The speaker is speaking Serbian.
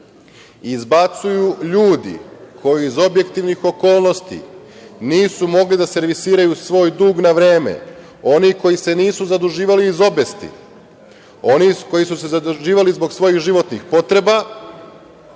izbacuju ljudi koji iz objektivnih okolnosti nisu mogli da servisiraju svoj dug na vreme, oni koji se nisu zaduživali iz obesti, oni koji su se zaduživali zbog životnih potreba,